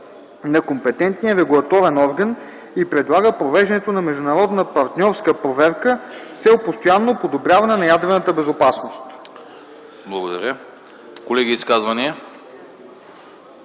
на компетентния регулаторен орган и предлага провеждането на международна партньорска проверка с цел постоянно подобряване на ядрената безопасност.” ПРЕДСЕДАТЕЛ